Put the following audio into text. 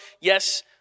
Yes